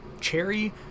cherry